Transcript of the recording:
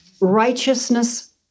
Righteousness